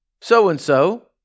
so-and-so